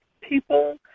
people